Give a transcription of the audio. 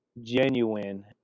genuine